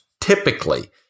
Typically